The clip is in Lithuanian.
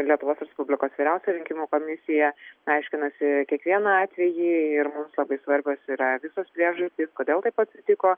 lietuvos respublikos vyriausioji rinkimų komisija aiškinasi kiekvieną atvejį ir labai svarbios yra visos priežastys kodėl taip atsitiko